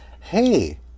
hey